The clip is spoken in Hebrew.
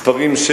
זה